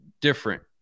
different